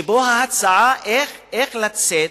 שבו ההצעה איך לצאת,